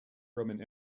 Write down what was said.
roman